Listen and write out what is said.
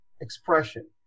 expression